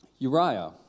Uriah